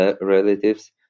relatives